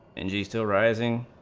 and you still rising